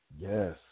Yes